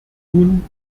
nun